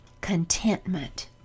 Contentment